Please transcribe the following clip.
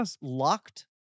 locked